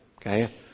okay